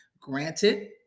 Granted